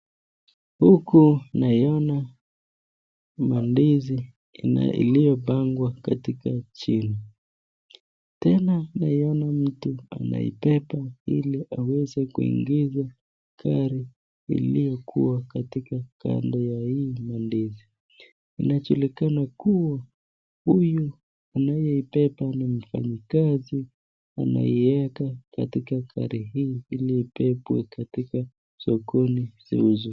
Huku naiona mandizi ilipangwa chini tena namuona mtu ameibeba ili aweze kuingiza kwa gari hii iliyo kando ya hii ndizi. Inajulikana kuwa huyu anayeibeba ni mfanyikazi anaiweka katika gari hii ibebwa katika sokoni.